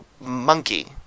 monkey